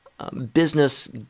business